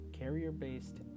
carrier-based